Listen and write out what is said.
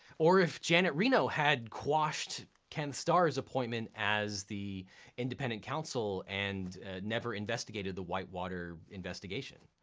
or if janet reno had quashed ken starr's appointment as the independent counsel and never investigated the white water investigation.